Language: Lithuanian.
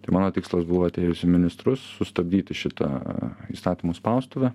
tai mano tikslas buvo atėjus į ministrus sustabdyti šitą įstatymų spaustuvę